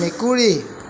মেকুৰী